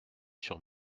sur